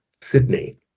Sydney